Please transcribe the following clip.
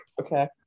Okay